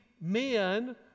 men